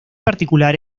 particular